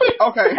Okay